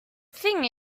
thing